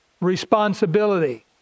responsibility